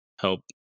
help